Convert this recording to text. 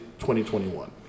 2021